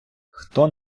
хто